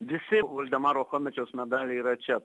visi valdemaro chomičiaus medaliai yra čia